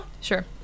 Sure